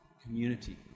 community